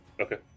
Okay